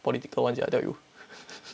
political [one] sia I tell you